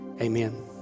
Amen